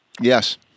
Yes